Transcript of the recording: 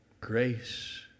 grace